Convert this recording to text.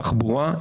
תחבורה,